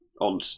on